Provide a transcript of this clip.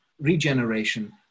regeneration